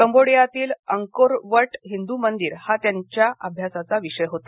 कंबोडियातील Angkor Wat Hindu मंदिर हा त्यांचा अभ्यासाचा विषय होता